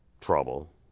trouble